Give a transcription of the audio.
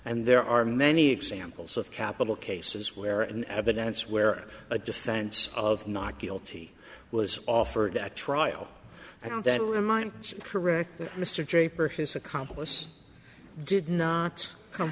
and there are many examples of capital cases where an evidence where a defense of not guilty was offered at trial i don't mind correct mr jaipur his accomplice did not come